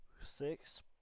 Six